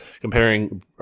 comparing